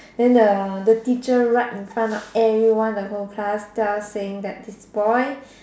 then the the teacher right in front of everyone the whole class just saying that this boy